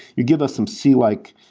you give us some c-like,